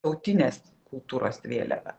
tautinės kultūros vėliava